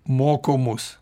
moko mus